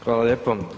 Hvala lijepo.